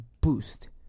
boost